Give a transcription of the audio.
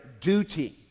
duty